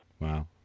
Wow